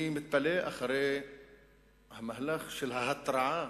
אני מתפלא שאחרי המהלך של ההתראה